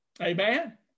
Amen